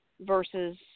versus